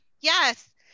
yes